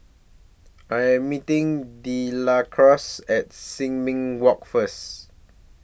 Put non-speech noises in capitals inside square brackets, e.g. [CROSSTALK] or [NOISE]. [NOISE] I Am meeting Delores At Sin Ming Walk First